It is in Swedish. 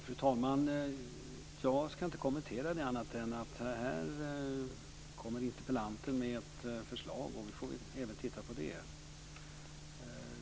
Fru talman! Jag ska inte kommentera det annat än genom att säga att interpellanten kommer med ett förslag och att vi får titta även på det.